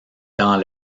dans